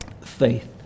faith